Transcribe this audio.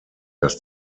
dass